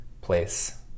place